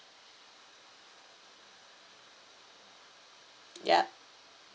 ya